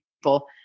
people